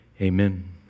Amen